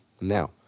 Now